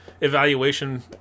evaluation